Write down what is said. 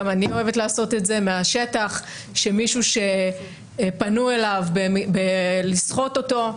גם אני אוהבת לעשות - לגבי מישהו שפנו אליו כדי לסחוט אותו,